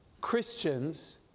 Christians